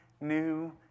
new